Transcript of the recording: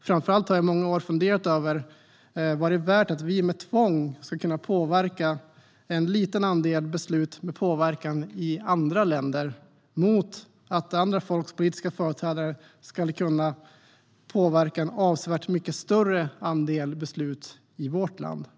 Framför allt har jag i många år funderat över vad det är värt att vi med tvång ska kunna påverka en liten andel beslut med påverkan i andra länder mot att andra folks politiska företrädare ska kunna påverka en avsevärt mycket större andel beslut i vårt land.